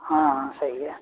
हाँ हाँ सही है